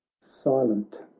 silent